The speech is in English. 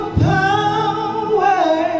power